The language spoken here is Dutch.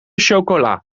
chocola